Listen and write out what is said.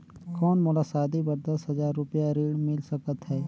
कौन मोला शादी बर दस हजार रुपिया ऋण मिल सकत है?